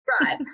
Right